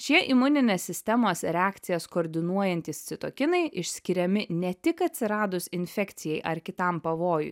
šie imuninės sistemos reakcijas koordinuojantys citokinai išskiriami ne tik atsiradus infekcijai ar kitam pavojui